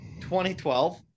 2012